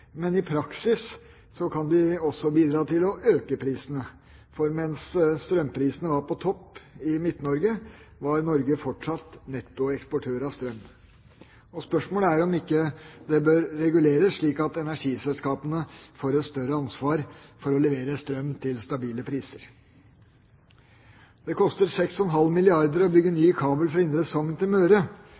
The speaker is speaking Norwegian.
Men i praksis kan de også bidra til å øke prisene. Mens strømprisene var på topp i Midt-Norge, var Norge fortsatt netto eksportør av strøm. Spørsmålet er om det ikke bør reguleres, slik at energiselskapene får større ansvar for å levere strøm til stabile priser. Det koster 6,5 milliarder kr å bygge ny kabel fra Indre Sogn til Møre.